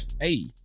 Hey